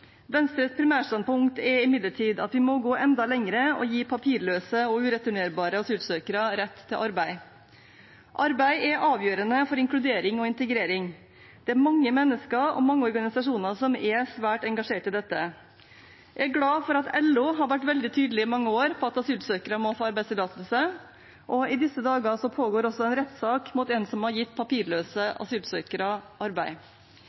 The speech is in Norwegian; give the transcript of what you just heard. Venstres primærstandpunkt er imidlertid at vi må gå enda lengre og gi papirløse og ureturnerbare asylsøkere rett til arbeid. Arbeid er avgjørende for inkludering og integrering. Det er mange mennesker og mange organisasjoner som er svært engasjert i dette. Jeg er glad for at LO har vært veldig tydelig i mange år på at asylsøkere må få arbeidstillatelse, og i disse dager pågår det også en rettssak mot en som har gitt papirløse asylsøkere arbeid.